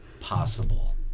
possible